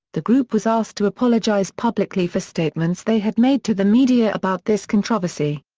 the group was asked to apologize publicly for statements they had made to the media about this controversy.